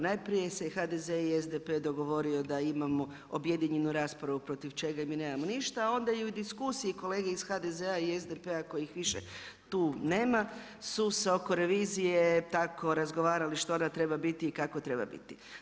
Najprije se HDZ i SDP dogovorio da imamo objedinjenu raspravu protiv čega mi nemamo ništa, a onda i u diskusiji kolege iz HDZ-a i SDP-a kojih više tu nema su se oko revizije tako razgovarali što ona treba biti i kako treba biti.